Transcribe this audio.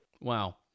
Wow